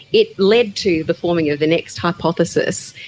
it led to the forming of the next hypothesis,